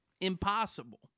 impossible